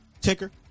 ticker